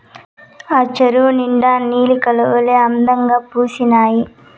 ఆ చెరువు నిండా నీలి కలవులే అందంగా పూసీనాయి